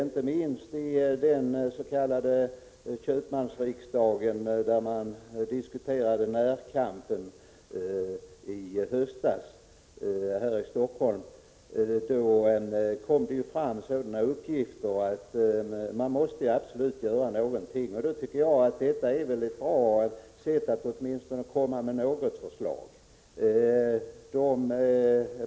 Inte minst under den s.k. köpmansriksdagen här i Stockholm i höstas, då man diskuterade närkampen mot snatteri, kom det fram sådana uppgifter att någonting absolut måste göras. Jag tycker att detta är ett bra sätt att åtminstone komma med något förslag.